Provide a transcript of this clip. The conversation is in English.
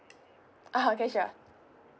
ah okay sure